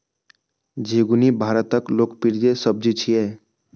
झिंगुनी भारतक लोकप्रिय सब्जी छियै